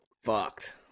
Fucked